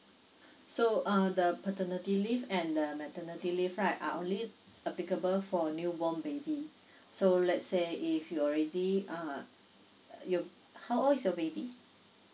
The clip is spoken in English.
so uh the paternity leave and the maternity leave right are only applicable for new born baby so let's say if you already uh you how old is your baby